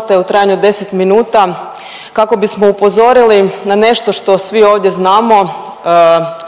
RF-a u trajanju od 10 minuta kako bismo upozorili na nešto što svi ovdje znamo